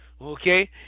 Okay